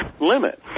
limit